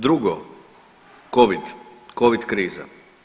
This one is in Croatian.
Drugo covid, covid kriza.